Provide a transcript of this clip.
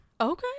Okay